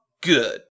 Good